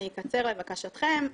אני אקצר, לבקשתכם.